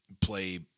play